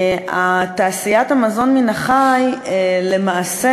תעשיית המזון מן החי למעשה,